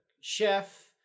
chef